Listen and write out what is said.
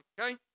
okay